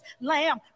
lamb